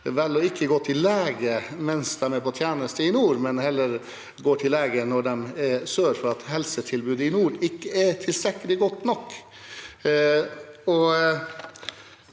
velger å ikke gå til lege mens de er på tjeneste i nord, men heller går til lege når de er i sør, fordi helsetilbudet i nord ikke er godt nok.